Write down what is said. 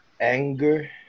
anger